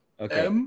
Okay